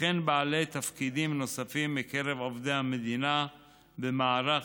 וכן בעלי תפקידים נוספים מקרב עובדי המדינה במערך